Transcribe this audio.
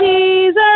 Jesus